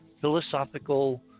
philosophical